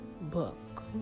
book